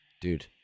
dude